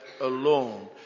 alone